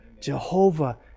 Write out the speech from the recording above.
Jehovah